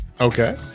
Okay